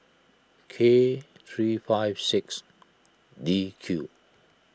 K three five six D Q